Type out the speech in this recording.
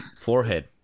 forehead